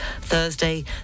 Thursday